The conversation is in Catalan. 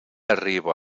arriba